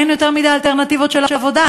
אין יותר מדי אלטרנטיבות של עבודה,